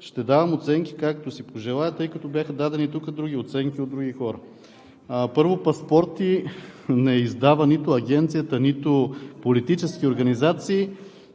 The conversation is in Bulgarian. Ще давам оценки както си пожелая, тъй като бяха дадени тук други оценки от други хора. Първо, паспорти не издава нито Агенцията, нито политически организации,